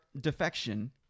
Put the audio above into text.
defection